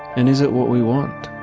and is it what we want?